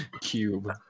cube